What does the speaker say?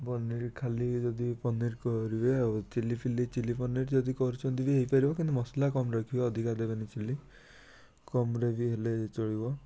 ପନିର୍ ଖାଲି ଯଦି ପନିର୍ କରିବେ ଆଉ ଚିଲ୍ଲିଫିଲି ଚିଲ୍ଲି ପନିର୍ ଯଦି କରୁଛନ୍ତି ବି ହେଇପାରିବ କିନ୍ତୁ ମସଲା କମ୍ ରଖିବେ ଅଧିକା ଦେବେନି ଚିଲ୍ଲି କମ୍ରେ ବି ହେଲେ ଚଳିବ